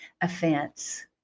offense